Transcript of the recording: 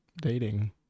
dating